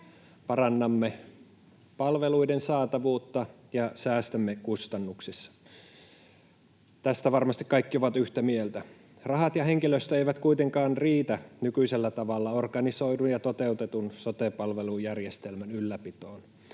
parannamme palveluiden saatavuutta ja säästämme kustannuksissa. Tästä varmasti kaikki ovat yhtä mieltä. Rahat ja henkilöstö eivät kuitenkaan riitä nykyisellä tavalla organisoidun ja toteutetun sote-palvelujärjestelmän ylläpitoon.